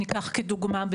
ניקח כדוגמא,